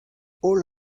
holl